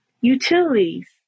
utilities